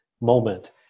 moment